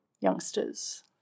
youngsters